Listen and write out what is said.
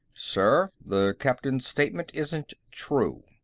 sir, the captain's statement isn't true.